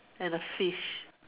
and a fish